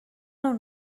اون